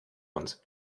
uns